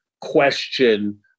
question